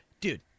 dude